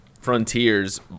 frontiers